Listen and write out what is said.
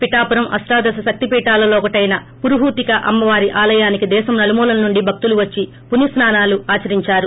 పిఠాపురం అష్షాదశ శక్తి పీఠాలలో ఒకటైన పురుహూతిక అమ్మ వారి ఆలయానికి దేశం నలుమూలల నుండి భక్తులు వచ్చి పుణ్య స్పా నాలు ఆచరించారు